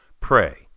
Pray